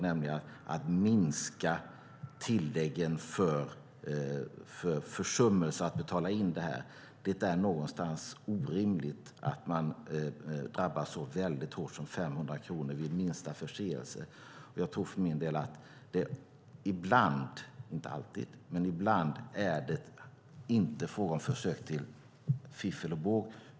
Det är att minska tilläggen för försummelser att betala in skatten. Det är någonstans orimligt att man drabbas så väldigt hårt som att betala 500 kronor vid minsta förseelse. Jag tror för min del att det ibland, men inte alltid, inte är fråga om försök till fiffel och båg.